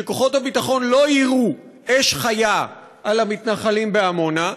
שכוחות הביטחון לא יירו אש חיה על המתנחלים בעמונה,